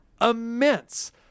Immense